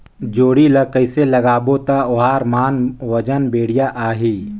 जोणी ला कइसे लगाबो ता ओहार मान वजन बेडिया आही?